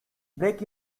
break